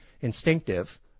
instinctive